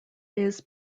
his